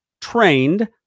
trained